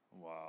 Wow